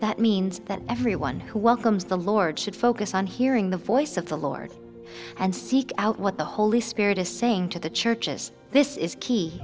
that means that everyone who welcomes the lord should focus on hearing the voice of the lord and seek out what the holy spirit is saying to the churches this is key